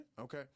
Okay